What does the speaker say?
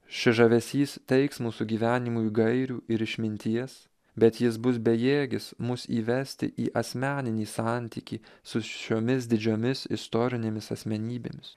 šis žavesys teiks mūsų gyvenimui gairių ir išminties bet jis bus bejėgis mus įvesti į asmeninį santykį su šiomis didžiomis istorinėmis asmenybėmis